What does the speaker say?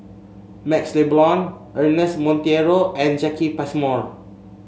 MaxLe Blond Ernest Monteiro and Jacki Passmore